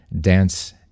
dance